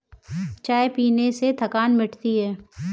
चाय पीने से थकान मिटती है